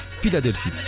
Philadelphie